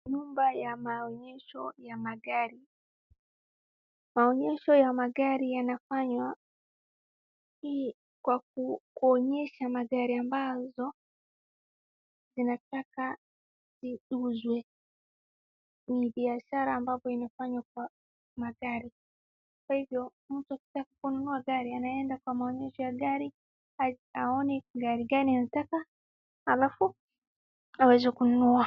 Nyumba ya maonyesho ya magari, maonyesho ya magari yanafanywa kwa kuonyesha magari ambazo inataka iuzwe. Ni biashara ambapo inafanywa kwa magari. Kwa hivyo mtu akitaka kununua gari anaenda kwa maonyesho ya gari, aone gari gani anataka, halafu aweze kununua.